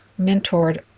mentored